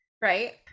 right